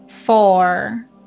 Four